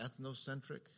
ethnocentric